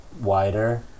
wider